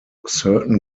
certain